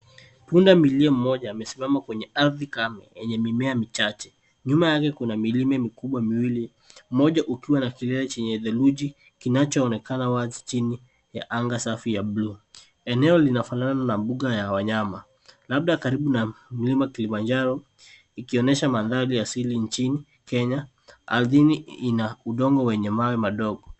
Punda milia mmoja amesimama kwenye ardhi kame yenye mimea michache. Nyuma yake kuna milima mikubwa miwili Moja ukiwa na kilea chenye theluji, kinachoonekana wazi chini ya anga safi ya blue. Eneo linafanana na mbuga ya wanyama. Labda karibu na mlima Kilimanjaro ikionyesha mandhari ya asili nchini Kenya ,ardhini Ina udongo wenye mawe madogo.